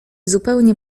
zupełnie